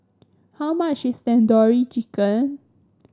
how much is Tandoori Chicken